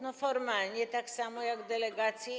No formalnie tak samo jak inne delegacje.